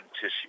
tissue